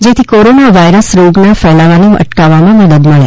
જેથી corona virus રોગના ફેલાવાને અટકાવવામાં મદદ મળે